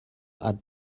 had